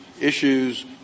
issues